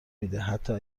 میده، حتا